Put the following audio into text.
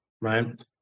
right